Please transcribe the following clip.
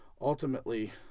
ultimately